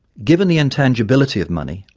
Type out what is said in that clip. given the intangibility of money,